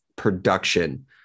production